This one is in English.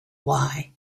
why